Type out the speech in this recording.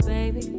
Baby